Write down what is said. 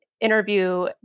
interview